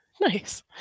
Nice